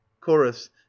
chorus